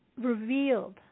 revealed